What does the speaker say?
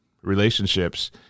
relationships